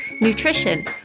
nutrition